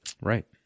Right